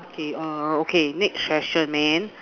okay err okay next question man